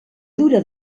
dura